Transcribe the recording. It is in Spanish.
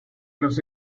los